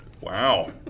Wow